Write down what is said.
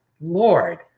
Lord